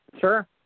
Sure